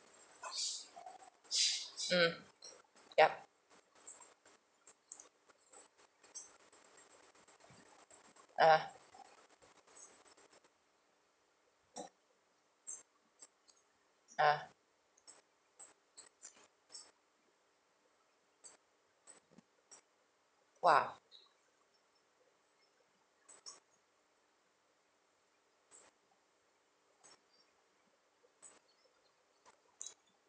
mm ya ah ah !wah!